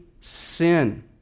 sin